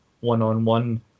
one-on-one